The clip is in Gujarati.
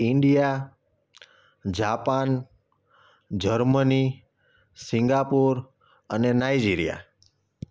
ઇન્ડિયા જાપાન જર્મની સિંગાપુર અને નાઈજીરિયા